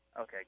Okay